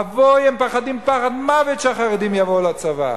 אבוי, הם פוחדים פחד מוות שהחרדים יבואו לצבא.